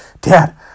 Dad